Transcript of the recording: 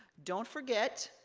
don't forget,